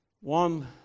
One